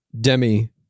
Demi